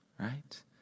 right